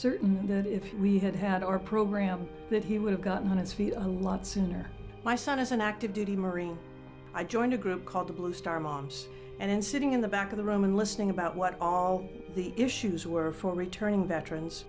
certain that if we had had our program that he would have gotten on his feet a lot sooner my son is an active duty marine i joined a group called the blue star moms and sitting in the back of the roman listening about what the issues were for returning veterans